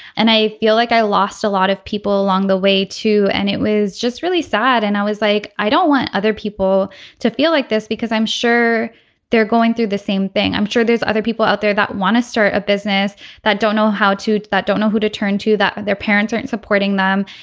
and i feel like i lost a lot of people along the way too and it was just really sad and i was like i don't want other people to feel like this because i'm sure they're going through the same thing. i'm sure there's other people out there that want to start a business that don't know how to do that don't know who to turn to that their parents are supporting them.